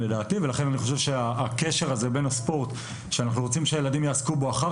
לכן הקשר בין הספורט שאנחנו רוצים שהילדים יעסקו בו אחר